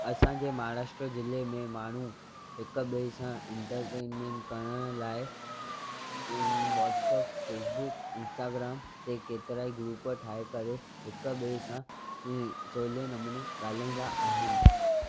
असांजे महाराष्ट्र ज़िले में माण्हू हिकु ॿिए सां इंटरटेनमेंट करण लाइ वॉट्सअप फेसबुक इंस्टाग्राम ते केतिरा ई ग्रुप ठाहे करे हिकु ॿिए सां सवले नमूने ॻाल्हाईंदा आहिनि